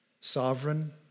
sovereign